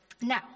now